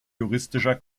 juristischer